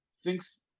thinks